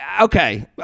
okay